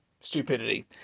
stupidity